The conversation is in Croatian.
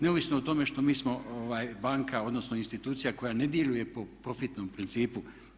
Neovisno o tome što mi smo banka, odnosno institucija koja ne djeluje po profitnom principu.